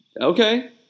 okay